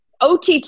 OTT